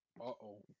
Uh-oh